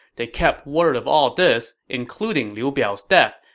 they kept word of all this, including liu biao's death,